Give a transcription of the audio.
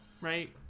right